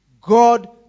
God